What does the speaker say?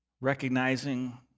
Recognizing